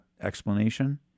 explanation